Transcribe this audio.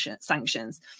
sanctions